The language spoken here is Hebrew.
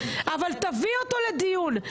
אבל תביא אותו לדיון,